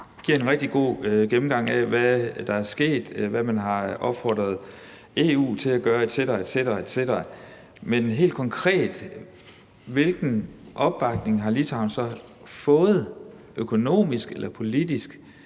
giver en rigtig god gennemgang af, hvad der er sket, hvad man har opfordret EU til at gøre etc. etc. Men hvilken opbakning har Litauen helt konkret fået økonomisk eller politisk?